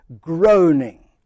groaning